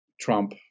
Trump